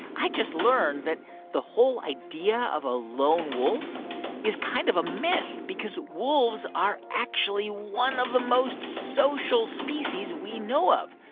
i just learned that the whole idea of a lone wolf is kind of a myth because wolves are actually one of the most social species we know of.